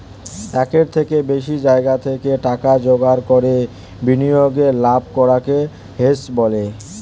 একের থেকে বেশি জায়গা থেকে টাকা জোগাড় করে বিনিয়োগে লাভ করাকে হেজ বলে